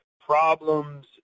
problems